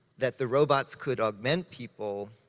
that the robots could augment people,